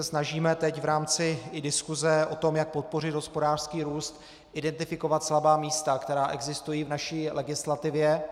Snažíme se teď v rámci i diskuse o tom, jak podpořit hospodářský růst, identifikovat slabá místa, která existují v naší legislativě.